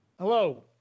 Hello